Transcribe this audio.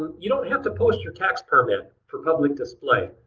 you don't have to post your tax permit for public display.